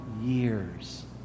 years